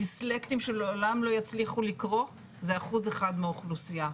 הדיסלקטים שלעולם לא יצליחו לקרוא זה 1% מהאוכלוסייה.